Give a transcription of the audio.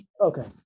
Okay